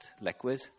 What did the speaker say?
liquid